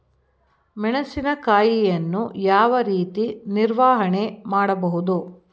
ಮೆಣಸಿನಕಾಯಿಯನ್ನು ಯಾವ ರೀತಿ ನಿರ್ವಹಣೆ ಮಾಡಬಹುದು?